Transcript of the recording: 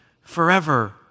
forever